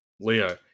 Leo